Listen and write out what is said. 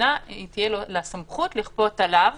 למדינה תהיה הסמכות לכפות עליו